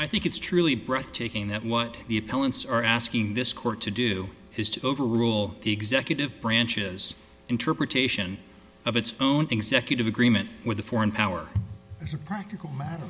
i think it's truly breathtaking that what the appellants are asking this court to do is to overrule the executive branch's interpretation of its own executive agreement with a foreign power as a practical